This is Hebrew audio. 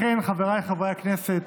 לכן, חבריי חברי הכנסת,